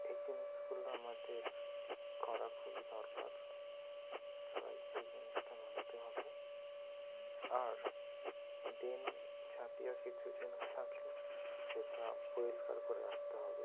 এই জিনিসগুলো আমাদের করা খুব দরকার সবাইকে এই জিনিসটা মানতে হবে আর ড্রেন জাতীয় কিছু জিনিস থাকলে সেটা পরিষ্কার করে রাখতে হবে